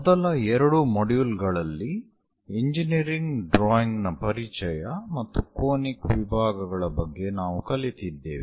ಮೊದಲ ಎರಡು ಮಾಡ್ಯೂಲ್ಗಳಲ್ಲಿ ಇಂಜಿನಿಯರಿಂಗ್ ಡ್ರಾಯಿಂಗ್ ನ ಪರಿಚಯ ಮತ್ತು ಕೋನಿಕ್ ವಿಭಾಗಗಳ ಬಗ್ಗೆ ನಾವು ಕಲಿತಿದ್ದೇವೆ